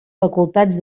facultats